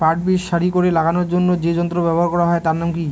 পাট বীজ সারি করে লাগানোর জন্য যে যন্ত্র ব্যবহার হয় তার নাম কি?